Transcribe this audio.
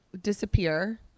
disappear